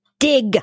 Dig